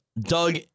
Doug